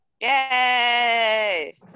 Yay